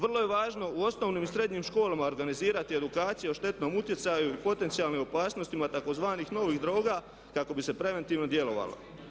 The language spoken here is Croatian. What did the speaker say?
Vrlo je važno u osnovnim i srednjim školama organizirati edukaciju o štetnom utjecaju i potencijalnim opasnostima tzv. novih droga kako bi se preventivno djelovalo.